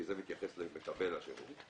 כי זה מתייחס למקבל השירות.